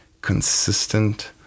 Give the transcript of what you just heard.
consistent